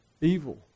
evil